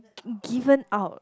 given out